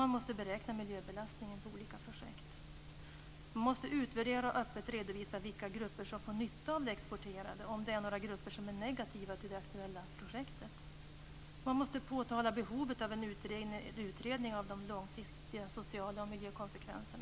Man måste också beräkna miljöbelastningen på olika projekt och utvärdera och öppet redovisa vilka grupper som får nytta av det exporterade, om det är några grupper som är negativa till det aktuella projektet. Man måste påtala behovet av en utredning av långsiktiga sociala konsekvenser och miljökonsekvenser.